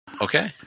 Okay